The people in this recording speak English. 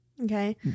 Okay